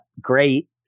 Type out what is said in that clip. great